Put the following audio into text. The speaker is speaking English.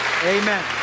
amen